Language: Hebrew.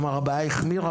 הוא אמר שהבעיה החמירה.